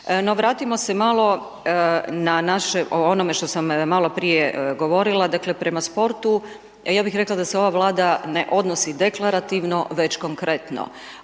vratimo se malo, na naše o onome što sam maloprije govorila, dakle, prema sportu, ja bih rekla da se ova vlada ne odnosi dekorativno, već konkretno.